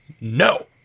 no